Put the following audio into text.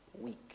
week